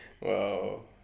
Wow